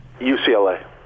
UCLA